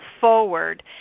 forward